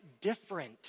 different